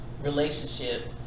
relationship